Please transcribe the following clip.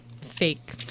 fake